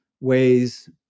ways